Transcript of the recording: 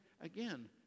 again